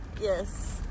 yes